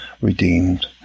redeemed